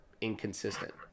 inconsistent